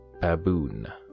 Baboon